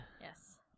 Yes